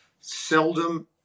Seldom